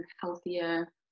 healthier